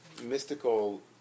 mystical